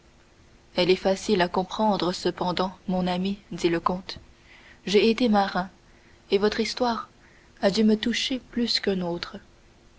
elle est facile à comprendre cependant mon ami dit le comte j'ai été marin et votre histoire a dû me toucher plus qu'un autre